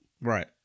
right